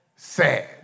Sad